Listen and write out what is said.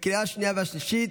2023, לקריאה שנייה ושלישית.